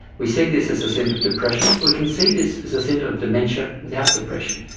we see this as a symptom of depression. but we can see this as a symptom of dementia without depression.